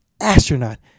astronaut